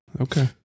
Okay